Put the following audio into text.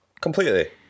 completely